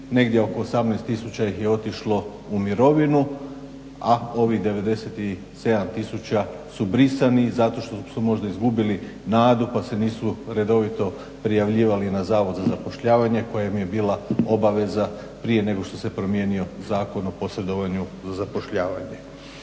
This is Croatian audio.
negdje oko 18 tisuća ih je otišlo u mirovinu, a ovih 97 tisuća su brisani zato što su možda izgubili nadu pa se nisu redovito prijavljivali na Zavod za zapošljavanje kojem je bila obaveza prije nego što se promijenio Zakon o posredovanju za zapošljavanje.